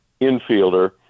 infielder